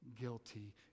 guilty